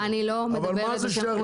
אבל מה זה שייך לציבור?